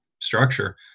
structure